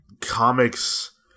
comics